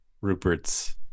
Rupert's